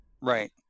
Right